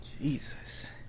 Jesus